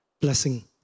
blessing